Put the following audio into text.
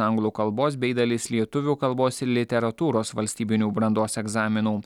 anglų kalbos bei dalis lietuvių kalbos ir literatūros valstybinių brandos egzaminų